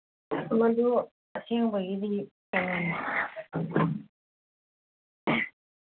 ꯈꯣꯏꯗꯣ ꯑꯁꯦꯡꯕꯒꯤꯗꯤ